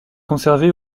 conservée